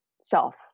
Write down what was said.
self